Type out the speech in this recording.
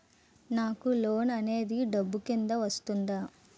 నాకు లోన్ అనేది డబ్బు కిందా వస్తుందా?